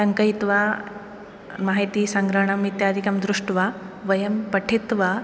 टङ्कयित्वा महतिसङ्ग्रहणम् इत्यादिकं दृष्ट्वा वयं पठित्वा